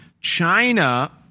China